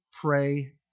pray